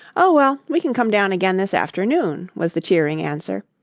oh, well, we can come down again this afternoon, was the cheering answer.